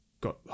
got